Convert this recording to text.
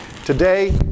Today